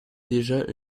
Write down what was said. déjà